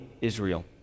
Israel